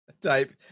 type